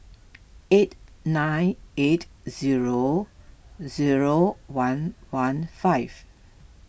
eight nine eight zero zero one one five